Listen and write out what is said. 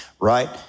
right